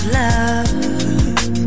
love